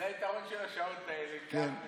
של השעות האלה כשאחמד יושב-ראש.